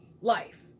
life